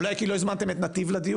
אולי כי לא הזמנתם את נתיב לדיון?